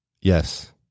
Yes